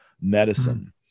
medicine